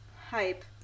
hype